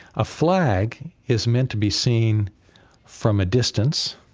a flag is meant to be seen from a distance,